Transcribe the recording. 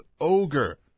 Ogre